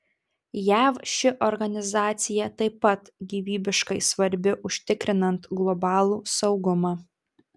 jav ši organizacija taip pat gyvybiškai svarbi užtikrinant globalų saugumą